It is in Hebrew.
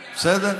בסדר?